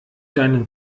deinen